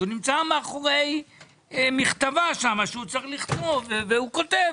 הוא נמצא מאחורי מכתבה שהוא צריך לכתוב והוא כותב.